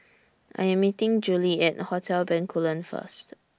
I Am meeting Juli At Hotel Bencoolen First